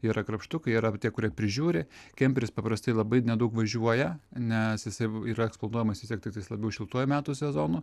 yra krapštukai yra tie kurie prižiūri kemperis paprastai labai nedaug važiuoja nes jisai yra eksploatuojamas vis tiek tiktais labiau šiltuoju metų sezonu